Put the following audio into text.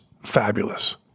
fabulous